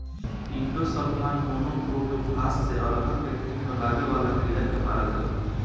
endosulfan, monocrotophos से अरहर के खेत में लागे वाला कीड़ा के मारल जाला